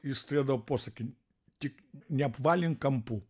jis turėdavo posakį tik neapvalink kampų